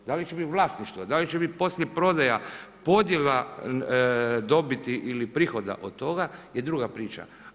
Da li će biti vlasništvo, da li će biti poslije prodaja, podjela dobiti ili prihoda od toga je druga priča.